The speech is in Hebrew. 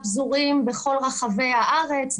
פזורים בכל רחבי הארץ,